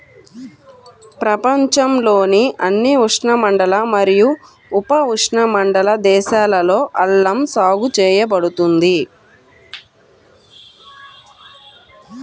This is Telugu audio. ప్రపంచంలోని అన్ని ఉష్ణమండల మరియు ఉపఉష్ణమండల దేశాలలో అల్లం సాగు చేయబడుతుంది